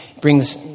brings